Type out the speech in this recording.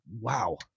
Wow